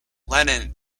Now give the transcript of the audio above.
lenin